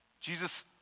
Jesus